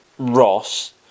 Ross